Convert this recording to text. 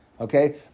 Okay